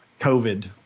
covid